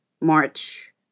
March